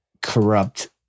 corrupt